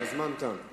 הזמן תם.